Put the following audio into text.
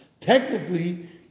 technically